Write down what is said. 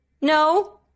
No